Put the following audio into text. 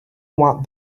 want